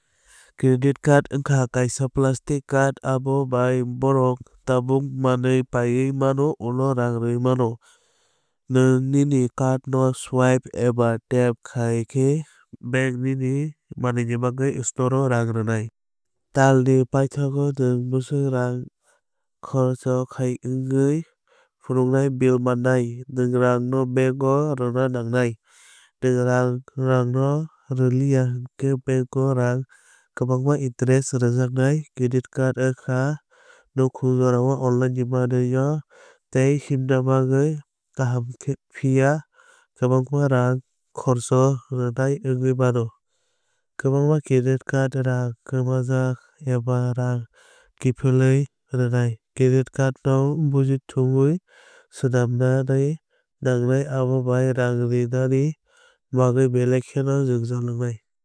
Credit card wngkha kaisa plastic card abo bai borok tabuk manwi paiwi mano ulo rang rwwi mano. Nwng nini card no swipe eba tap khai khe bank nini manwi ni bagwi store no rang rwnai. Talni paithago nwng bwswk rang kharcho khai wnguwi phunuknai bill mannai. Nwng rang no bank o rwna nangnai. Nwng rang nwng no rwliya hwnkhe bank o rang kwbang interest rwjaknai. Credit card wngkha nanhkuhmung jorao online ni manuwi no tei himna bagwi kaham phiya kwbangma rang khorcho rwnai ngwui mano. Kwbangma credit card rang kwmajak eba rang kiphilwi rwnai. Credit card no buji thumwi swnamnani nangnai abo bai rang rini bagwi belai kheno jwngjal wngnai.